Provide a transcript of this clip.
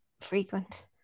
frequent